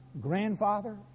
grandfather